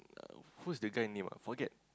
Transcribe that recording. uh who's the guy name ah forget